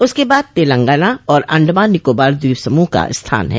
उसके बाद तेलंगाना और अंडमान निकोबार द्वीप समूह का स्थान है